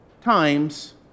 times